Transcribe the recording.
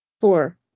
Four